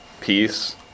peace